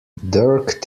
dirk